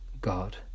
God